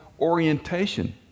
orientation